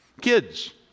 Kids